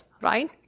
right